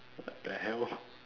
what the hell